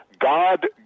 God